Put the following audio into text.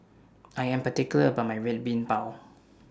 I Am particular about My Red Bean Bao